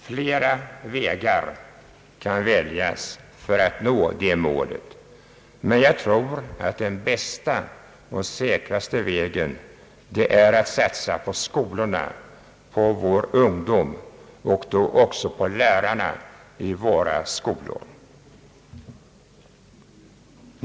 Flera vägar kan väljas för att nå detta mål, men jag tror att den bästa och säkraste vägen är att satsa på skolorna — på vår ungdom och även på lärarna i våra skolor.